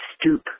stoop